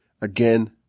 again